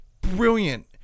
brilliant